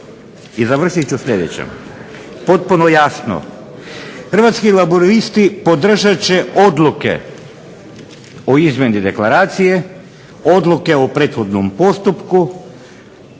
I završiti ću sljedeće, potpuno jasno Hrvatski laburisti podržat će odluke o izmjeni Deklaracije, odluke o prethodnom postupku,